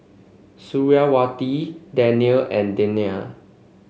Suriawati Danial and Danial